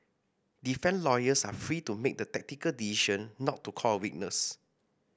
defence lawyers are free to make the tactical decision not to call a witness